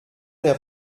der